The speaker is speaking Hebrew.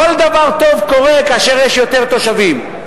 כל דבר טוב קורה כאשר יש יותר תושבים.